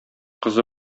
кызы